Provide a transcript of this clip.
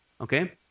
okay